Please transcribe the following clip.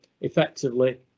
effectively